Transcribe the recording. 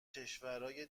کشورای